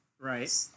Right